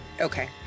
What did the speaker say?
Okay